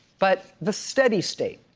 but the steady state.